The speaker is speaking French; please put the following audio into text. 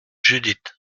judith